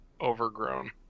Overgrown